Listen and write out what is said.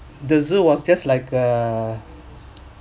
the zoo was just like a